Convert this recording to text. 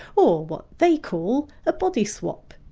or what they call a body swap.